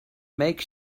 make